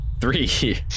Three